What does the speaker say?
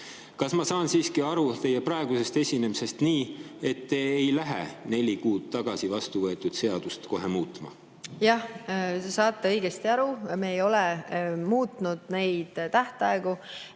Kas ma võin siiski teie praegusest esinemisest saada aru nii, et te ei lähe neli kuud tagasi vastuvõetud seadust kohe muutma? Jah, te saate õigesti aru. Me ei ole muutnud neid tähtaegu,